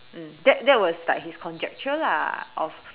mm that that was like his conjecture lah of